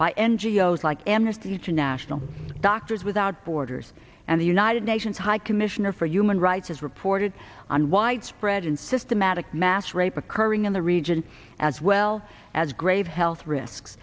o s like amnesty international doctors without borders and the united nations high commissioner for human rights has reported on widespread and systematic mass rape occurring in the region as well as grave health risks